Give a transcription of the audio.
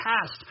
past